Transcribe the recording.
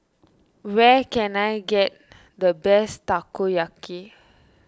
where can I get the best Takoyaki